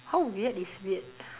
how weird is weird